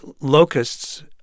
locusts